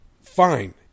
Fine